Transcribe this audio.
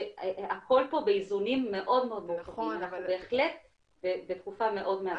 שהכל פה באיזונים מאוד מאוד --- אנחנו בהחלט בתקופה מאוד מאתגרת.